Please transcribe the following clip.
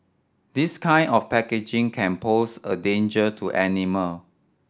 this kind of packaging can pose a danger to animal